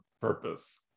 purpose